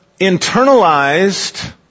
internalized